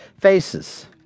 faces